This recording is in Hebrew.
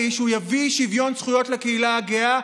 שהוא יביא שוויון זכויות לקהילה הגאה.